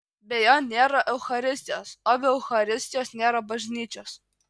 be jo nėra eucharistijos o be eucharistijos nėra bažnyčios